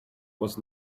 was